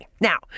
Now